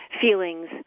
feelings